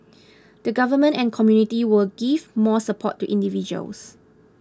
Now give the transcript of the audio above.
the Government and community will give more support to individuals